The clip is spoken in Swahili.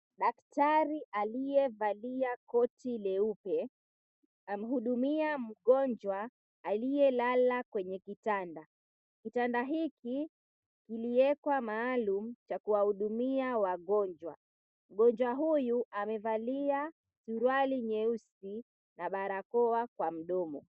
Daktari aliyevalia koti leupe amhudumia mgonjwa aliyelala kwenye kitanda. Kitanda hiki kiliwekwa maalumu cha kuwahudumia wagonjwa. Mgonjwa huyu amevalia suruali nyeusi na barakoa kwa mdomo.